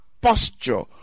posture